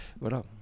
Voilà